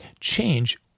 change